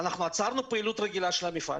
עצרנו את הפעילות הרגילה של המפעל,